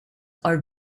are